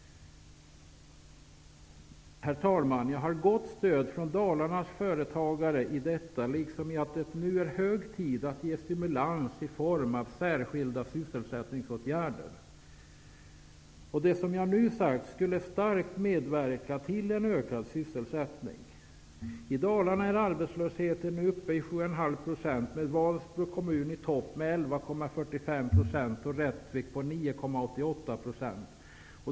Herr talman! Jag har gott stöd från Dalarnas företagare i detta, liksom i att det nu är hög tid att ge stimulans i form av särskilda sysselsättningsåtgärder. Det som jag nu nämnt skulle starkt medverka till en ökad sysselsättning. I Dalarna är arbetslösheten nu uppe i 7,5 % med Vansbro kommun i topp med 11,45 % och Rättvik på 9,88 %.